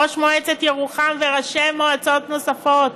ראש מועצת ירוחם, וראשי מועצות נוספות,